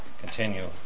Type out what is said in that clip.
continue